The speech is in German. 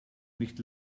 nicht